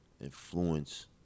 influence